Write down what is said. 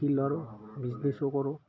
শিলৰো বিজনেছো কৰোঁ